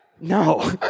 No